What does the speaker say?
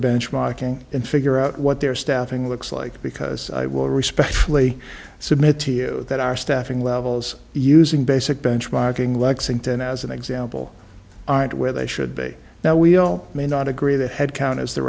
benchmarking and figure out what their staffing looks like because i will respectfully submit to you that our staffing levels using basic benchmarking lexington as an example aren't where they should be now we'll may not agree that headcount is the